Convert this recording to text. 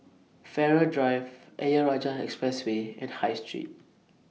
Farrer Drive Ayer Rajah Expressway and High Street